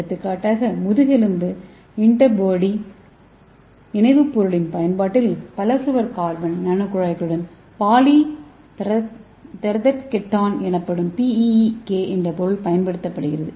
எடுத்துக்காட்டாக முதுகெலும்பு இன்டர்போடி இணைவுப் பொருளின் பயன்பாட்டில் பல சுவர் கார்பன் நானோகுழாய்களுடன் பாலிதெரெதெர்கெட்டோன் எனப்படும் PEEK என்ற பொருள் பயன்படுத்தப்படுகிறது